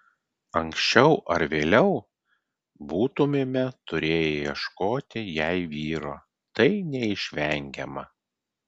anksčiau ar vėliau būtumėme turėję ieškoti jai vyro tai neišvengiama